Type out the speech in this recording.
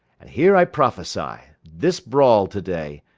and here i prophecie this brawle to day,